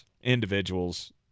individuals